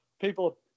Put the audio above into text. People